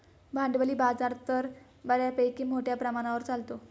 भांडवली बाजार तर बऱ्यापैकी मोठ्या प्रमाणावर चालतो